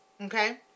Okay